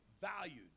valued